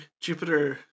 Jupiter